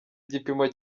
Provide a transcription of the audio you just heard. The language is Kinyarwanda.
igipimo